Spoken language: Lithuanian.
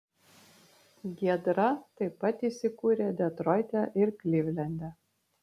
giedra taip pat įsikūrė detroite ir klivlende